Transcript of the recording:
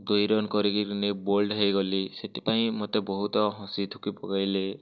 ଦୁଇ ରନ୍ କରିକିରି ନେ ବୋଲ୍ଡ୍ ହେଇଗଲି ସେଥିପାଇଁ ମୋତେ ବହୁତ ହଁସିଥୁକି ପକେଇଲେ